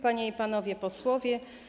Panie i Panowie Posłowie!